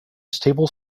stable